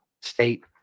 state